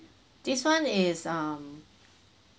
this one is um